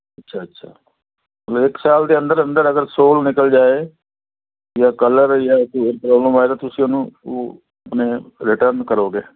ਅੱਛਾ ਅੱਛਾ ਮਤਲਬ ਇੱਕ ਸਾਲ ਦੇ ਅੰਦਰ ਅੰਦਰ ਅਗਰ ਸੋਲ ਨਿਕਲ ਜਾਵੇ ਜਾਂ ਕਲਰ ਜਾਂ ਕੋਈ ਹੋਰ ਪ੍ਰੋਬਲਮ ਆਵੇ ਤਾਂ ਤੁਸੀਂ ਉਹਨੂੰ ਉਹ ਆਪਣੇ ਰਿਟਰਨ ਕਰੋਗੇ